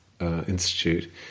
Institute